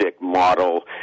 model